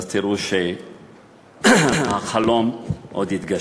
ואז תראו שהחלום עוד יתגשם.